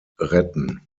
retten